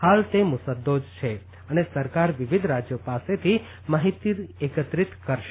હાલ તે મુસદ્દો જ છે અને સરકાર વિવિધ રાજ્યો પાસેથી માહિતી એકત્રિત કરશે